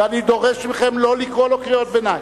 ואני דורש מכם לא לקרוא לו קריאות ביניים.